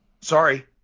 Sorry